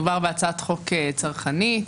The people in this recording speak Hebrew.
מדובר בהצעת חוק צרכנית.